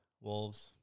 wolves